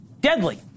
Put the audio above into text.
deadly